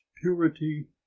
purity